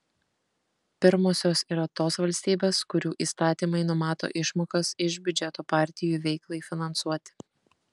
pirmosios yra tos valstybės kurių įstatymai numato išmokas iš biudžeto partijų veiklai finansuoti